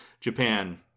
Japan